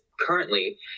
currently